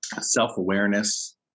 self-awareness